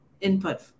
input